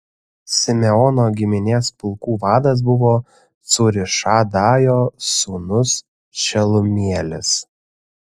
simeono giminės pulkų vadas buvo cūrišadajo sūnus šelumielis